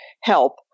help